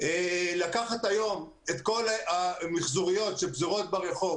לקחת היום את כל המיחזוריות שפזורות ברחוב